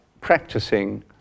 practicing